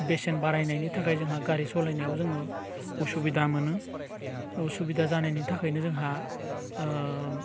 बेसेन बारायनायनि थाखाय जोंहा गारि सालायनायाव जोङो उसुबिदा मोनो उसुबिदा जानायनि थाखायनो जोंहा